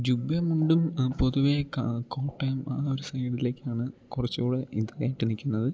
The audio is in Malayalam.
ജുബ്ബയും മുണ്ടും പൊതുവേ കാ കോട്ടയം ആ ഒര് സൈഡിലേക്കാണ് കുറച്ചും കൂടെ ഇതായിട്ട് നിൽക്കുന്നത്